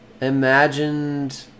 imagined